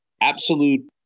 absolute